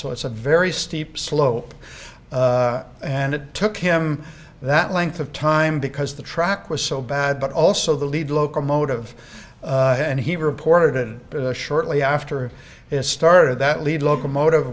so it's a very steep slope and it took him that length of time because the track was so bad but also the lead locomotive and he reported shortly after it started that lead locomotive